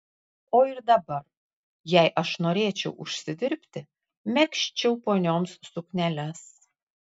o ir dabar jei aš norėčiau užsidirbti megzčiau ponioms sukneles